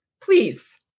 please